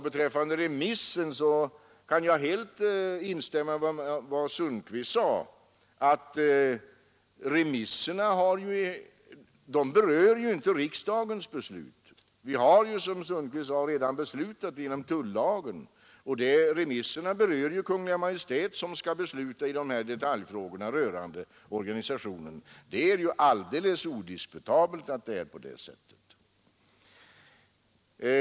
Beträffande remissen kan jag helt instämma i vad herr Sundkvist sade, nämligen att remisserna ju inte berör riksdagens behandling. Vi har, som herr Sundkvist sade, redan beslutat i fråga om tullagen. Remisserna berör ju Kungl. Maj:t, som skall besluta i dessa detaljfrågor rörande organisationen. Det är ju alldeles odiskutabelt att det är på det sättet.